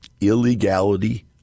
illegality